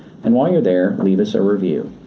and while you're there, leave us a review.